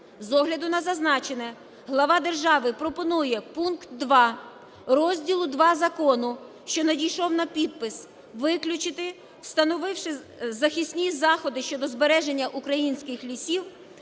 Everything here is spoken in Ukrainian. З огляду на зазначене, глава держави пропонує пункт 2 розділу ІІ закону, що надійшов на підпис, виключити, встановивши захисні заходи щодо збереження українських лісів,